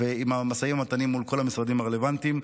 ואת המשאים ומתנים מול כל המשרדים הרלוונטיים.